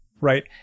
right